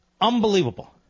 Unbelievable